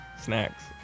snacks